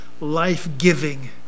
life-giving